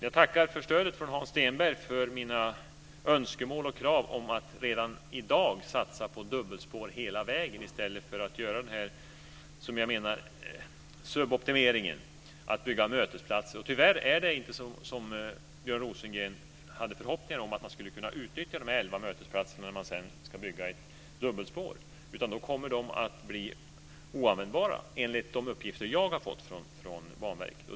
Jag tackar för stödet från Hans Stenberg för mina önskemål och krav om att man redan i dag ska satsa på dubbelspår hela vägen i stället för att göra vad jag kallar en suboptimering i form av genomförande av mötesplatser. Tyvärr är det inte så som Björn Rosengren hoppas på, att man skulle kunna utnyttja de elva mötesplatserna när man ska bygga ut ett dubbelspår. De kommer då att bli oanvändbara enligt de uppgifter som jag har fått från Banverket.